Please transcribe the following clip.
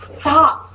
stop